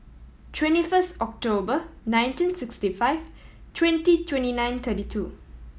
twenty first October nineteen sixty five twenty twenty nine thirty two